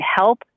help